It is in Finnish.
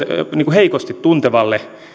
heikosti tuntevan